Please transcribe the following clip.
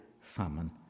famine